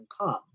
come